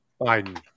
Biden